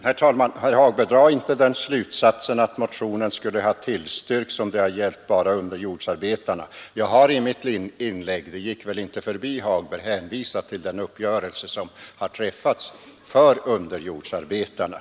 Herr talman! Nej, herr Hagberg. Dra inte den slutsatsen att motionen skulle ha tillstyrkts om den gällt bara underjordsarbetarna. Jag har i mitt inlägg — det gick väl inte förbi herr Hagberg — hänvisat till den uppgörelse som har träffats för underjordsarbetarna.